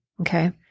Okay